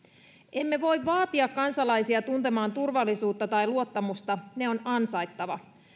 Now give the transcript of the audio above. emme voi vaatia kansalaisia tuntemaan turvallisuutta tai luottamusta ne on ansaittava